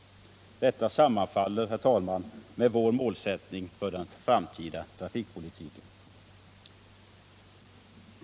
Detta sammanfaller, herr talman, med vår målsättning för den framtida trafikpolitiken.